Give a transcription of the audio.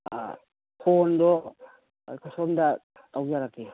ꯐꯣꯟꯗꯣ ꯑꯩꯈꯣꯏ ꯁꯣꯝꯗ ꯇꯧꯖꯔꯛꯀꯦ